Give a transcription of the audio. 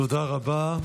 תודה רבה.